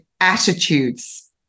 attitudes